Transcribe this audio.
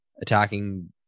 attacking